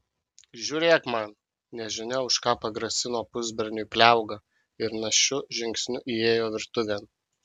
žiūrėk man nežinia už ką pagrasino pusberniui pliauga ir našiu žingsniu įėjo virtuvėn